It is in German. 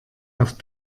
auf